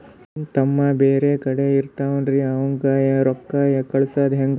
ನಮ್ ತಮ್ಮ ಬ್ಯಾರೆ ಕಡೆ ಇರತಾವೇನ್ರಿ ಅವಂಗ ರೋಕ್ಕ ಕಳಸದ ಹೆಂಗ?